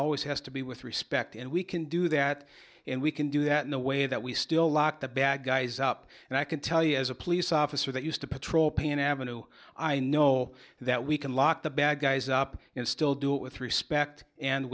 always has to be with respect and we can do that and we can do that in a way that we still lock the bad guys up and i can tell you as a police officer that used to patrol pay an avenue i know that we can lock the bad guys up and still do it with respect and